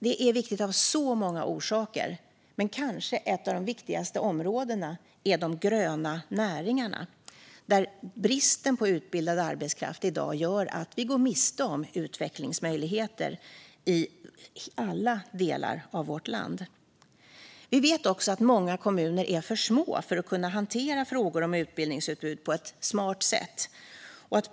Detta är viktigt av många orsaker, men ett av de kanske viktigaste områdena är de gröna näringarna, där bristen på utbildad arbetskraft gör att vi går miste om utvecklingsmöjligheter i alla delar av vårt land. Vi vet också att många kommuner är för små för att kunna hantera frågor om utbildningsutbud på ett smart sätt.